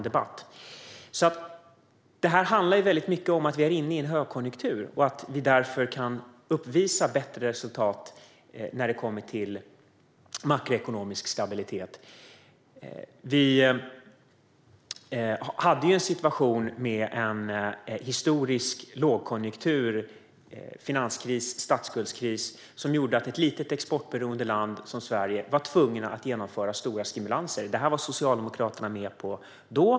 Det här handlar väldigt mycket om att vi är inne i en högkonjunktur och att vi därför kan uppvisa bättre resultat när det gäller makroekonomisk stabilitet. Vi hade tidigare en situation med en historisk lågkonjunktur med finanskris och statsskuldskris som gjorde att ett litet exportberoende land som Sverige var tvunget att genomföra stora stimulanser. Detta var Socialdemokraterna med på då.